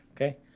okay